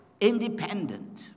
independent